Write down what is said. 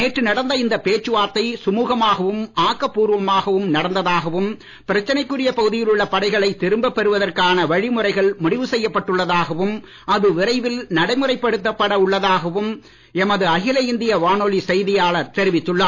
நேற்று நடந்த இந்த பேச்சு வார்த்தை சுமுகமாகவும் ஆக்கப்பூர்வமாகவும் நடந்ததாகவும் பிரச்சனைக்குரிய பகுதியில் உள்ள படைகளை திரும்பப் பெறுவதற்கான வழிமுறைகள் முடிவு செய்யப்பட்டு உள்ளதாகவும் அது விரைவில் நடைமுறைப்படுத்தப்பட உள்ளதாகவும் எமது அகில இந்திய வானொலி செய்தியாளர் தெரிவித்துள்ளார்